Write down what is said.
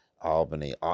Albany